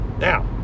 now